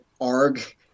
arg